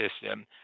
system